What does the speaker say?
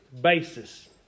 basis